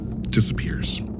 disappears